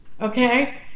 Okay